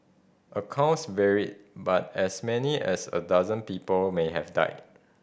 accounts varied but as many as a dozen people may have died